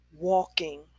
walking